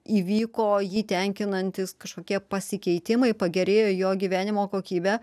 įvyko jį tenkinantys kažkokie pasikeitimai pagerėjo jo gyvenimo kokybė